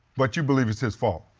but you believe it's his fault?